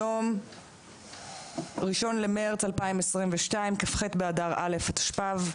היום ה-1 במרץ 2022 כ"ח באדר א' התשפ"ב.